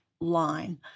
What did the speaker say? line